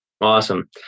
Awesome